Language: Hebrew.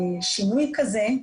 שינוי כזה,